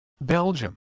Belgium